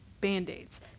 Band-aids